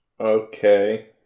Okay